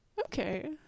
okay